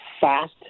fast